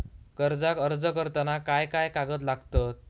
कर्जाक अर्ज करताना काय काय कागद लागतत?